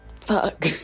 Fuck